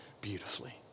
beautifully